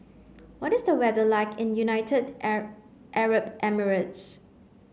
what is the weather like in United Arab Emirates